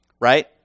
right